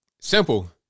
Simple